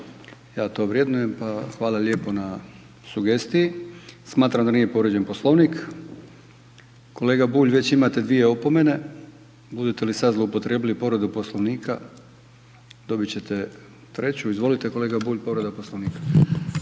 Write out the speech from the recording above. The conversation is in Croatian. ja to vrednujem pa hvala lijepo na sugestiji. Smatram da nije povrijeđen Poslovnik. Kolega Bulj već imate dvije opomene, budete li sad zloupotrijebili povredu Poslovnika dobit ćete treću. Izvolite kolega Bulj, povreda Poslovnika.